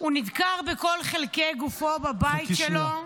הוא נדקר בכל חלקי גופו, בבית שלו.